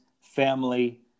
family